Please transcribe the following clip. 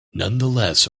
nonetheless